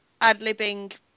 ad-libbing